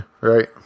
right